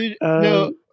No